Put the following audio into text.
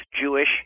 Jewish